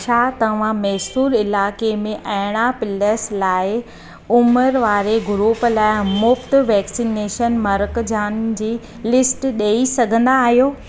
छा तव्हां मैसूर इलाइक़े में अरिड़हं प्लस लाइ साल उमिरि वारे ग्रूप लाइ मुफ़्त वैक्सनेशन मर्कज़नि जी लिस्ट ॾई सघंदा आहियो